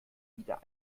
wieder